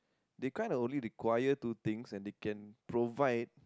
they kind of only require two things and they can provide